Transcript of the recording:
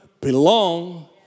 belong